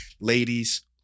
Ladies